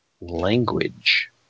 language